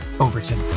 Overton